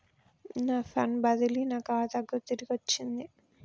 నా ఫండ్ బదిలీ నా ఖాతాకు తిరిగచ్చింది